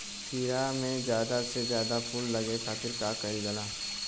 खीरा मे ज्यादा से ज्यादा फूल लगे खातीर का कईल जाला?